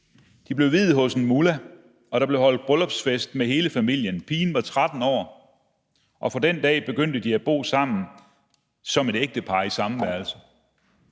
De blev viet hos en mullah, og der blev holdt bryllupsfest med hele familien. Pigen var 13 år. Fra den dag begyndte de at bo sammen som et ægtepar i samme værelse.